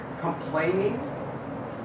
complaining